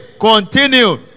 continue